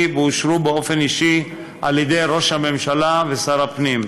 ואושרו באופן אישי על-ידי ראש הממשלה ושר הפנים,